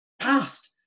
past